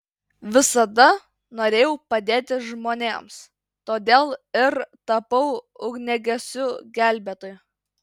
visada norėjau padėti žmonėms todėl ir tapau ugniagesiu gelbėtoju